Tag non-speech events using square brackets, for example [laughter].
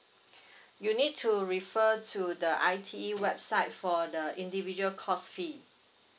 [breath] you need to refer to the I_T_E website for the individual course fee